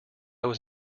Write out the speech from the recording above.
was